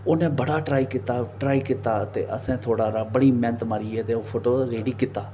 उनें बड़ा ट्राई कीता ट्राई कीता ते असें थोह्ड़ा हारा बड़ी मैह्नत मारियै ऐ ते ओह् फोटो रेडी कीता